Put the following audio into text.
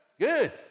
good